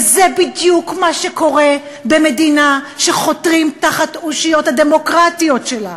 וזה בדיוק מה שקורה במדינה שחותרים תחת אושיות הדמוקרטיה שלה,